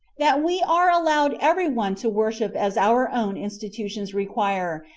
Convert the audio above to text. that we are allowed every one to worship as our own institutions require,